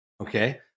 Okay